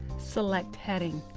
select heading.